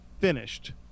finished